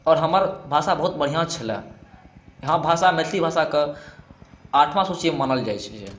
आओर हमर भाषा बहुत बढ़िआँ छल हँ भाषा मैथिली भाषाके आठमा सूचीमे मानल जाइ छै